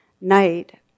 night